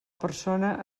persona